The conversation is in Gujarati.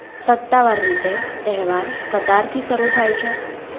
સત્તાવાર રીતે તહેવાર કતારથી શરૂ થાય છે